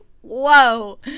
whoa